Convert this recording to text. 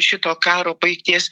šito karo baigties